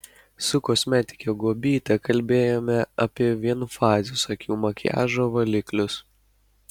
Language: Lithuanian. su kosmetike guobyte kalbėjome apie vienfazius akių makiažo valiklius